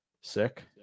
sick